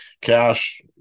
Cash